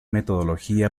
metodología